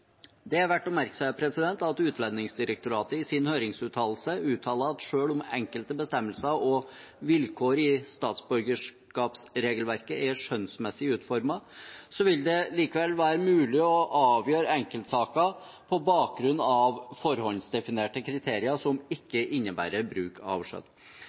Det er verdt å merke seg at Utlendingsdirektoratet i sin høringsuttalelse uttaler at selv om enkelte bestemmelser og vilkår i statsborgerskapsregelverket er skjønnsmessig utformet, vil det være mulig å avgjøre enkeltsaker på bakgrunn av forhåndsdefinerte kriterier som ikke innebærer bruk av